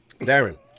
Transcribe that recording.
darren